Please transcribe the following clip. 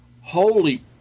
holy